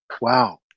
Wow